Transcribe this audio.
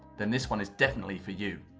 then this one is definitely for you.